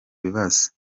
bibazo